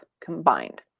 combined